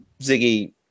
ziggy